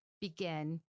begin